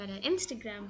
Instagram